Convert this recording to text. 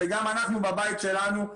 וגם אנחנו בבית שלנו,